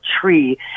tree